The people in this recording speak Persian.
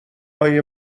های